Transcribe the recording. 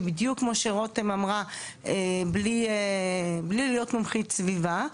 שבדיוק כמו שרותם אמרה בלי להיות מומחית סביבה,